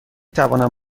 توانم